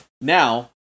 Now